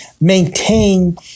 maintain